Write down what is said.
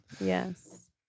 Yes